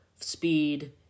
speed